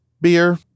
Beer